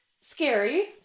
scary